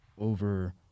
over